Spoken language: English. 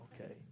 Okay